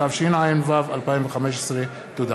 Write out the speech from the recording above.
התשע"ו 2015. תודה.